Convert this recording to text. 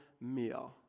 meal